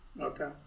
Okay